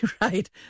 right